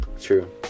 True